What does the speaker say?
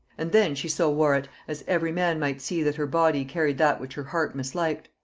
and then she so wore it, as every man might see that her body carried that which her heart misliked.